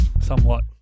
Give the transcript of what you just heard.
somewhat